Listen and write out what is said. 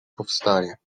powstaje